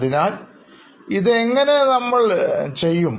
അതിനാൽ ഇത് നമ്മൾ എങ്ങിനെ ചെയ്യും